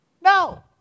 No